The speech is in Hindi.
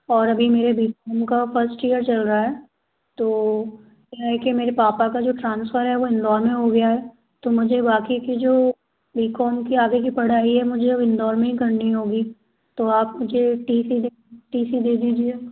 और अभी मेरे बीच का फर्स्ट ईयर चल रहा है तो ये है कि मेरे पापा का जो ट्रांसफर है वो इंदौर में हो गया है तो मुझे बाकी की जो बी कॉम की जो आगे की पढ़ाई है मुझे इंदौर में ही करनी होगी तो आप मुझे टी सी टी सी दे दीजिए